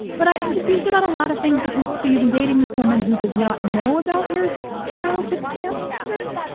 but i'm confused about a lot of things because. so you've been dating this woman who does not know about your childhood cancer?